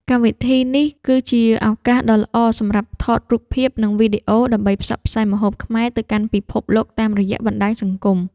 កម្មវិធីនេះគឺជាឱកាសដ៏ល្អសម្រាប់ថតរូបភាព និងវីដេអូ ដើម្បីផ្សព្វផ្សាយម្ហូបខ្មែរទៅកាន់ពិភពលោកតាមរយៈបណ្ដាញសង្គម។